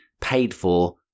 paid-for